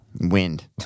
Wind